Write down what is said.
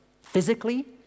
physically